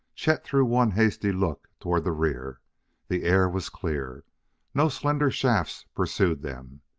chet threw one hasty look toward the rear the air was clear no slender shafts pursued them.